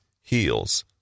Heals